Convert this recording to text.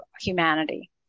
humanity